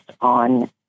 on